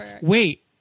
Wait